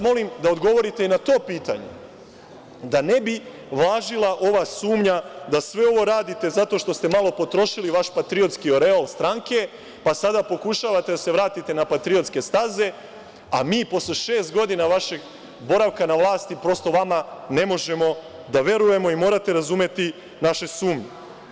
Molim vas da odgovorite i na to pitanje, da ne bi važila ova sumnja da sve ovo radite zato što ste malo potrošili vaš patriotski oreol stranke, pa sada pokušavate da se vratite na patriotske staze, a mi posle šest godina vašeg boravka na vlasti prosto vama ne možemo da verujemo i morate razumeti naše sumnje.